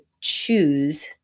choose